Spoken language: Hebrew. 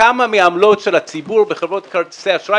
כמה מהעמלות של הציבור בחברות כרטיסי האשראי